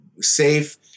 safe